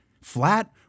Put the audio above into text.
Flat